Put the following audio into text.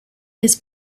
his